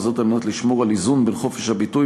וזאת על מנת לשמור על איזון בין חופש הביטוי